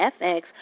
FX